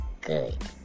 good